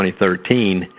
2013